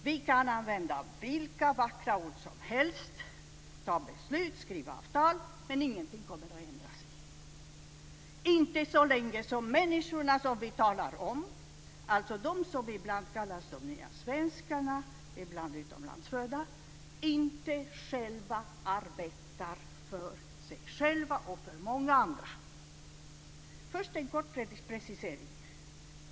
Vi kan använda vilka vackra ord som helst, fatta beslut och skriva avtal, men ingenting kommer att ändras, inte så länge som människorna som vi talar om, alltså de som ibland kallas de nya svenskarna och ibland utomlandsfödda, inte själva arbetar för sig själva och för många andra. Först en kort precisering.